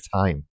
time